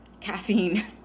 caffeine